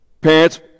Parents